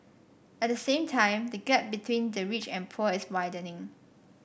at the same time the gap between the rich and poor is widening